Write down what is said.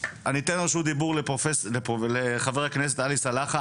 אני אתן את רשות הדיבור לחבר הכנסת עלי סלאלחה.